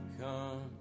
come